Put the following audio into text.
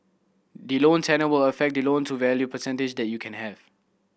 the loan tenure will affect the loan to value percentage that you can have